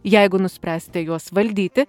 jeigu nuspręsite juos valdyti